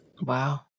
Wow